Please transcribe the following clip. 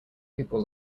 people